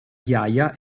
ghiaia